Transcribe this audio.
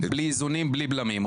בלי איזונים ובלי בלמים,